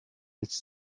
its